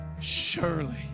surely